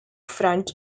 front